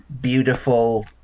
beautiful